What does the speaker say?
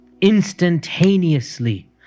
instantaneously